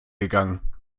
gegangen